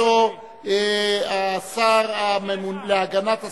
ותועבר לוועדת העבודה,